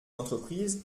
entreprises